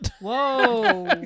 Whoa